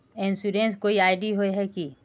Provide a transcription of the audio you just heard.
Insurance कोई ID होय है की?